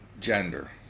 gender